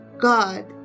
God